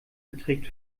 beträgt